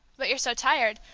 but you're so tired,